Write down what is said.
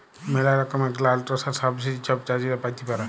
ম্যালা রকমের গ্র্যালটস আর সাবসিডি ছব চাষীরা পাতে পারে